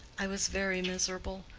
i was very miserable.